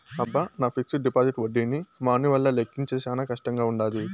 అబ్బ, నా fixed deposit ఒడ్డీని మాన్యువల్గా లెక్కించేది శానా కష్టంగా వుండాది